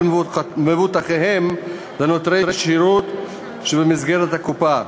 מבוטחיהן לנותני שירות במסגרת הקופה.